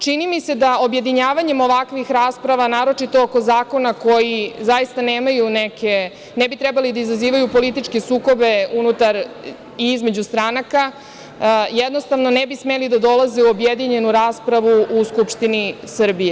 Čini mi se da objedinjavanjem ovakvih rasprava, naročito oko zakona koji zaista nemaju neke, ne bi trebali da izazivaju političke sukobe unutar i između stranka, jednostavno ne bi smeli da dolaze u objedinjenu raspravu u Skupštini Srbije.